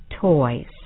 toys